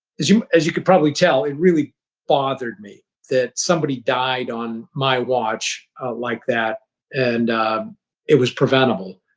as you as you could probably tell, it really bothered me that somebody died on my watch like that and it was preventable.